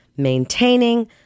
maintaining